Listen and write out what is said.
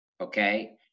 okay